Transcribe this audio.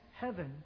heaven